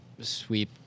sweep